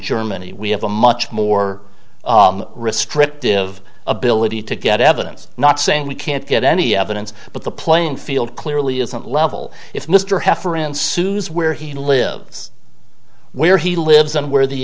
germany we have a much more restrictive ability to get evidence not saying we can't get any evidence but the playing field clearly isn't level if mr heffer ensues where he lives where he lives and where the